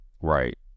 right